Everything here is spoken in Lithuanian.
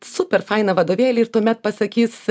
super fainą vadovėlį ir tuomet pasakys